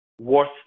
worth